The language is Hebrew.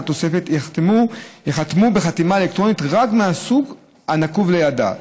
לתוספת ייחתמו בחתימה אלקטרונית רק מהסוג הנקוב לידה.